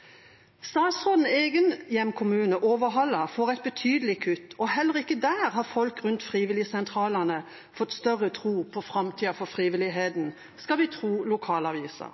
får et betydelig kutt, og heller ikke der har folk rundt frivilligsentralene fått større tro på framtida for frivilligheten, skal vi tro lokalavisa.